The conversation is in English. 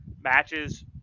matches